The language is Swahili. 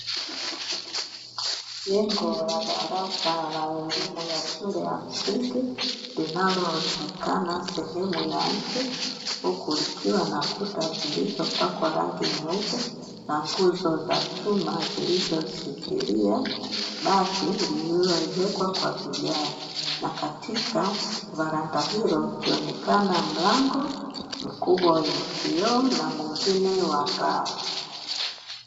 Jengo la darasa la elimu ya shule ya msingi linaloonekana sehemu ya nje, huku likiwa na kuta zilizopakwa rangi nyeupe na nguzo za chuma zilizoshikilia bati lililoezekwa kwa vigae, na katika varanda hilo ukionekana mlango mkubwa wenye kioo na mwingine wa mbao.